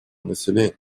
населения